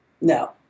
No